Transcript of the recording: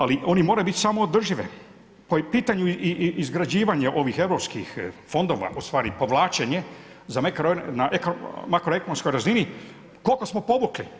Ali, oni moraju biti samoodržive, ko i po pitanju izgrađivanju ovih europskih fondova, ustvari povlačenje, na makroekonomskoj razini, koliko smo povukli?